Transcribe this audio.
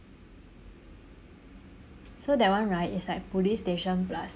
so that one right is like police station plus